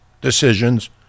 decisions